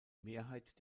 mehrheit